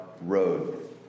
road